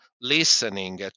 listening